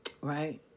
Right